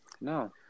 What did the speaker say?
No